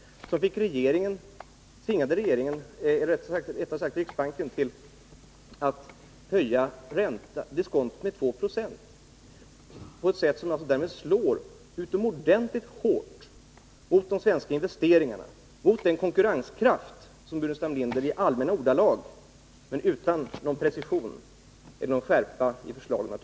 Detta tvingade riksbanken att höja diskontot med 2 96 — något som slår utomordentligt hårt mot de svenska investeringarna, mot den konkurrenskraft som Staffan Burenstam Linder i allmänna ordalag men utan precision eller skärpa har talat om här.